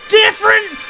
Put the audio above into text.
different